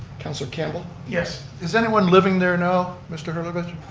councillor campbell. yes, is anyone living there now mr. hurlbert?